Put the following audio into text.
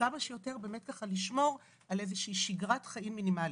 כמה שיותר לשמור על שגרת חיים מינימלית.